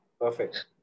perfect